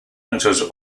enters